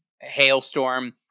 Hailstorm